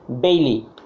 Bailey